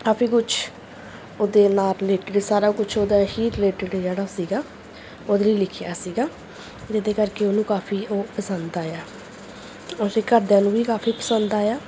ਕਾਫ਼ੀ ਕੁਛ ਉਹਦੇ ਨਾਲ ਰਿਲੇਟਡ ਸਾਰਾ ਕੁਛ ਉਹਦਾ ਹੀ ਰਿਲੇਟਡ ਜਿਹੜਾ ਸੀਗਾ ਉਹਦੇ ਲਈ ਲਿਖਿਆ ਸੀਗਾ ਜਿਹਦੇ ਕਰਕੇ ਉਹਨੂੰ ਕਾਫ਼ੀ ਉਹ ਪਸੰਦ ਆਇਆ ਉਹਦੇ ਘਰਦਿਆਂ ਨੂੰ ਵੀ ਕਾਫ਼ੀ ਪਸੰਦ ਆਇਆ